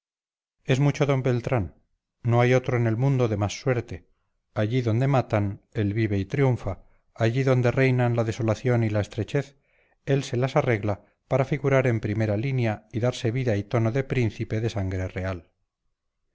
es mucho d beltrán no hay otro en el mundo de más suerte allí donde matan él vive y triunfa allí donde reinan la desolación y la estrechez él se las arregla para figurar en primera línea y darse vida y tono de príncipe de sangre real